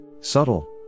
Subtle